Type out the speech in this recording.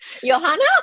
Johanna